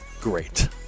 great